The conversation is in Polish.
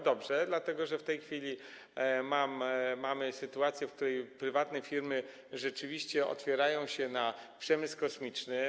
Dobrze, dlatego że w tej chwili mamy sytuację, w której prywatne firmy rzeczywiście otwierają się na przemysł kosmiczny.